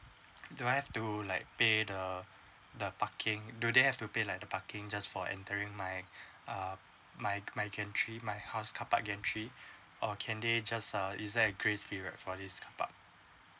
do I have to like pay the the parking do they have to pay like the parking just for entering my uh my my gantry my house car park gantry or can they just uh is there grace period for this car park